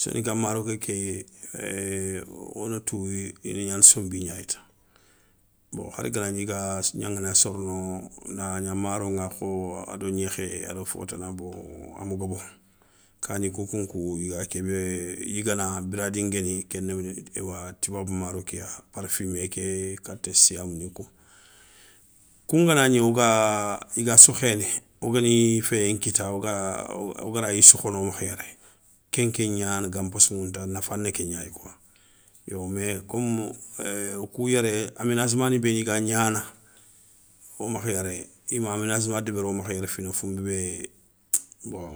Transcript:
Soninka maro kéké ééé o na tou ina gnana sonbi gnayita, bon hara ganagni iga gnaŋana sorono na gna maroŋa kho ado gnékhé ado fo tana, bon ama gobo, kani kounkou kou i ga kébé yigana biradi nguéni kéni toubabou maro ké ya parfumé, ké kata siyame nikou. Koun ganagni o ga i ga sokhéné, wogani féyé nkita wogarayi sokhano makha yéré kenke gnani gan possaŋounta nafa na kégnayi kouwa. Yo mé komi é, wo kou yéré aménagement ni béni ga gnana, o makha yéréyi i ma aménagement débéri wo makha yéréy fina. Founbé bé bon